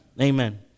Amen